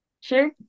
Sure